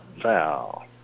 Foul